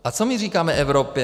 A co my říkáme Evropě?